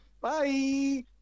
Bye